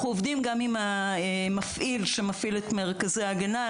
אנחנו עובדים גם עם המפעיל שמפעיל את מרכזי ההגנה,